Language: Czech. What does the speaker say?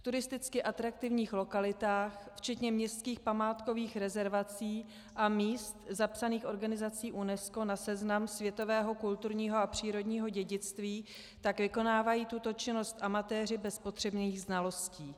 V turisticky atraktivních lokalitách včetně městských památkových rezervací a míst zapsaných organizací UNESCO na seznam světového kulturního a přírodního dědictví tak vykonávají tuto činnost amatéři bez potřebných znalostí.